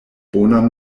bonan